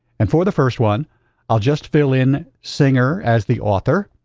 and for the first one i'll just fill in singer as the author,